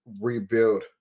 rebuild